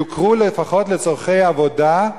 הלימודים יוכרו לפחות לצורכי עבודה,